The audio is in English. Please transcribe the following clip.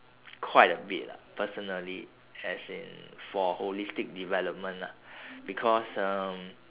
quite a bit lah personally as in for holistic development ah because um